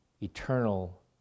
eternal